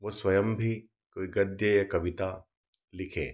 वो स्वयं भी कोई गद्य या कविता लिखे